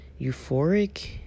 euphoric